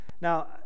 Now